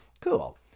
cool